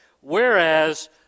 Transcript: whereas